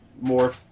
more